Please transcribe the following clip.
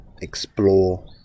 explore